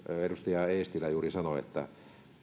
edustaja eestilä juuri sanoi että